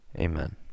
Amen